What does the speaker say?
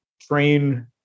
train